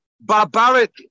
barbaric